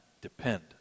depend